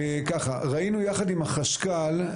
ראינו יחד עם החשכ"ל,